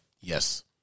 Yes